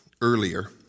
earlier